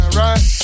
right